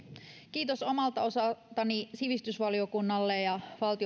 kiitos omalta osaltani sivistysvaliokunnalle ja